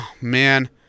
man